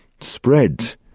spread